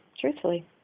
Truthfully